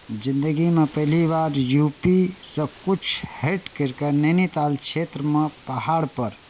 जिन्दगीमे पहली बार यू पी सँ किछु हटि करि कऽ नैनीताल क्षेत्रमे पहाड़पर